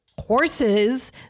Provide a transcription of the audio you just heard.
Horses